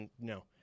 no